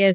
S